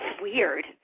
Weird